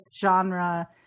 genre